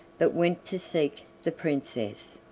but went to seek the princess,